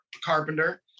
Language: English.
Carpenter